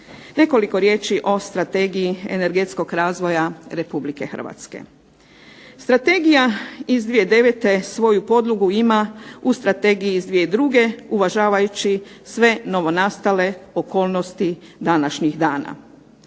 Nekoliko riječi o strategiji energetskog razvoja Republike Hrvatske. Strategija iz 2009. svoju podlogu ima u strategiji iz 2002. uvažavajući sve novonastale okolnosti današnjih dana.